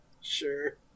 Sure